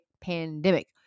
pandemic